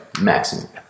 Maximum